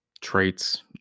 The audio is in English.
traits